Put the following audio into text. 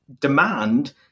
demand